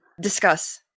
discuss